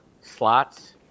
slots